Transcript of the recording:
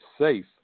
safe